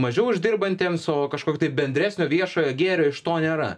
mažiau uždirbantiems o kažkokio tai bendresnio viešojo gėrio iš to nėra